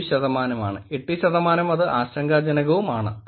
7 ശതമാനമാണ് 8 ശതമാനം അത് ആശങ്കാജനകമാണ്